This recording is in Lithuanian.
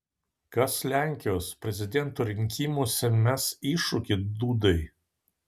kas lenkijos prezidento rinkimuose mes iššūkį dudai